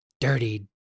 dirty